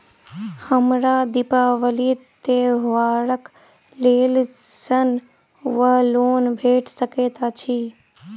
हमरा दिपावली त्योहारक लेल ऋण वा लोन भेट सकैत अछि?